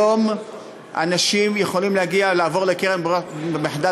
היום אנשים יכולים לעבור לקרן ברירת מחדל